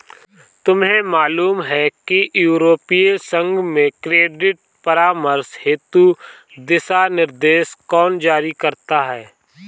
तुम्हें मालूम है कि यूरोपीय संघ में क्रेडिट परामर्श हेतु दिशानिर्देश कौन जारी करता है?